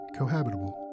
cohabitable